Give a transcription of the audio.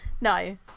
no